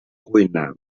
cuina